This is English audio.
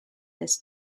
this